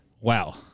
Wow